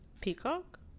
Peacock